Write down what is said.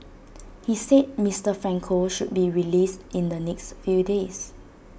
he said Mister Franco should be released in the next few days